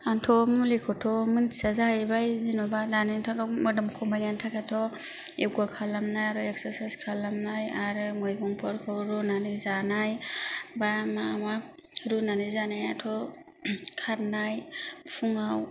आंथ' मुलिखौथ' मिथिया जाहैबाय जेनेबा दानिथ' मोदोम खमायनायनि थाखायथ' योगा खालामनाय आरो एकसारसाइस खालामनाय आरो मैगंफोरखौ रुनानै जानाय बा मा मा रुनानै जानायाथ' खारनाय फुङाव